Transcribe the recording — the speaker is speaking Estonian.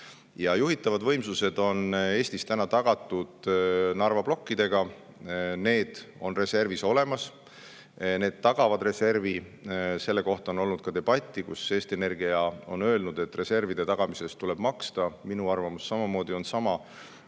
Juhitavad võimsused on Eestis praegu tagatud Narva plokkidega, need on reservis olemas ja need tagavad reservi. Selle üle on olnud ka debatt. Eesti Energia on öelnud, et reservide tagamise eest tuleb maksta. Minu arvamus on sama.